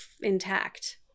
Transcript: intact